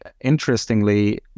interestingly